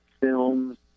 films